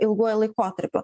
ilguoju laikotarpiu